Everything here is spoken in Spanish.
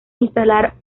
instalar